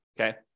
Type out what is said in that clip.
Okay